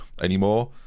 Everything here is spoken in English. anymore